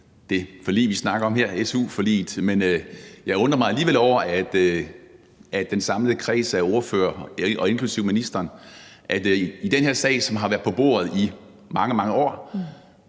det forlig, vi snakker om her, nemlig su-forliget, men jeg undrer mig alligevel over, at det virker, som om den samlede kreds af ordførere og ministeren i den her sag, som har været på bordet i mange, mange år,